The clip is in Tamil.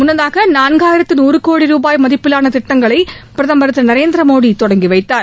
முன்னதாக நான்காயிரத்து நாறு கோடி ரூபாய் மதிப்பிலான திட்டங்களை பிரதமர் திரு நரேந்திர மோடி தொடங்கி வைத்தார்